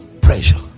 pressure